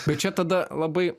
bet čia tada labai